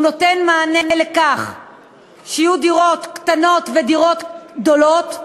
הוא נותן מענה בכך שיהיו דירות קטנות ודירות גדולות,